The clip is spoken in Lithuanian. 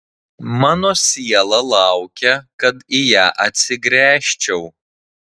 mano siela laukia kad į ją atsigręžčiau